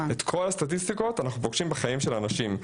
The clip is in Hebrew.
את כל הסטטיסטיקות, אנחנו פוגשים בחיים של אנשים.